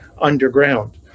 underground